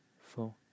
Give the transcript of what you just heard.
four